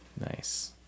Nice